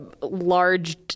large